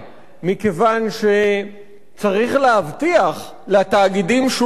מכיוון שצריך להבטיח לתאגידים שולי רווח.